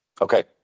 Okay